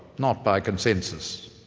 not by consensus.